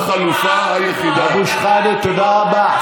אבו שחאדה, תודה רבה.